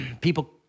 People